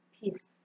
peace